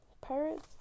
Pirate's